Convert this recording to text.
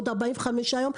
עוד 45 יום.